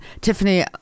Tiffany